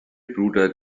bruder